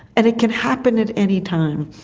and it can happen at any time.